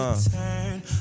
Turn